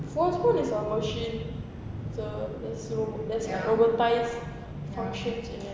phones pun is a machine so that's the that's functions in it